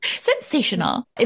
Sensational